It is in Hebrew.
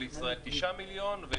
של ישראיר תשעה מיליון דולר,